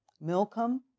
Milcom